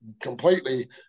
completely